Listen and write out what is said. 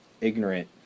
ignorant